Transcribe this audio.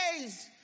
days